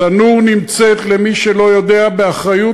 שא-נור נמצאת, למי שלא יודע, באחריות